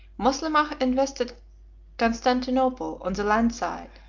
moslemah invested constantinople on the land side,